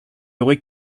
aurait